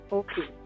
okay